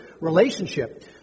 relationship